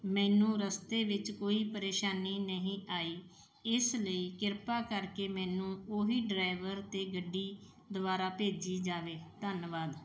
ਮੈਨੂੰ ਰਸਤੇ ਵਿੱਚ ਕੋਈ ਪਰੇਸ਼ਾਨੀ ਨਹੀਂ ਆਈ ਇਸ ਲਈ ਕਿਰਪਾ ਕਰਕੇ ਮੈਨੂੰ ਉਹ ਹੀ ਡਰਾਈਵਰ ਅਤੇ ਗੱਡੀ ਦੁਬਾਰਾ ਭੇਜੀ ਜਾਵੇ ਧੰਨਵਾਦ